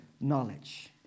knowledge